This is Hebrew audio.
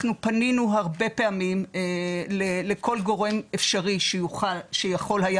אנחנו פנינו הרבה פעמים לכל גורם אפשרי שיכול היה